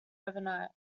overnight